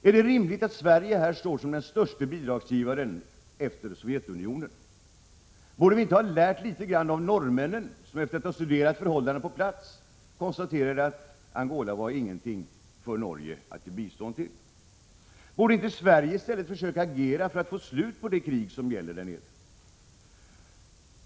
Är det rimligt att Sverige här står som den största bidragsgivaren efter Sovjetunionen? Borde vi inte ha lärt litet grand av norrmännen, som efter att ha studerat förhållandena på plats konstaterade att Angola inte var någonting för Norge att ge bistånd till? Borde inte Sverige i stället försöka agera för att få slut på det krig som förs?